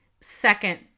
second